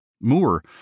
Moore